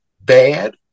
bad